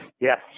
Yes